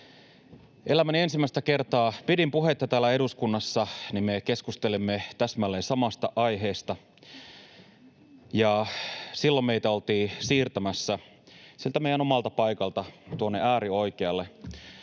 elämäni ensimmäistä kertaa pidin puhetta täällä eduskunnassa, me keskustelimme täsmälleen samasta aiheesta. Silloin meitä oltiin siirtämässä sieltä meidän omalta paikalta tuonne äärioikealle